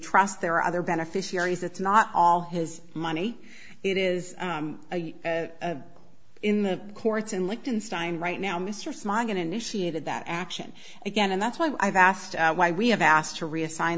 trust there are other beneficiaries it's not all his money it is in the courts in liechtenstein right now mr smog initiated that action again and that's why i've asked why we have asked to reassign